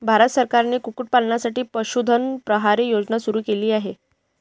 भारत सरकारने कुक्कुटपालनासाठी पशुधन प्रहरी योजना सुरू केली आहे